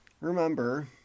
remember